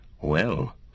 Well